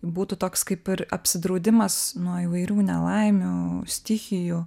būtų toks kaip ir apsidraudimas nuo įvairių nelaimių stichijų